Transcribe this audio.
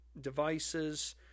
devices